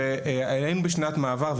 ושהיינו בשנת מעבר.